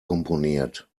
komponiert